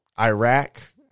Iraq